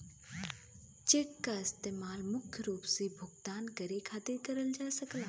check क इस्तेमाल मुख्य रूप से भुगतान करे खातिर करल जा सकल जाला